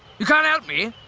you can't help me?